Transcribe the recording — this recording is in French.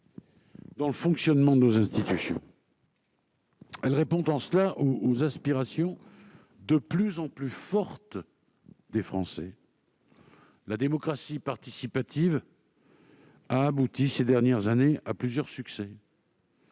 dans le fonctionnement de nos institutions. Elle répond en cela aux aspirations de plus en plus fortes des Français. La démocratie participative a abouti ces dernières années à plusieurs succès.